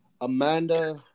Amanda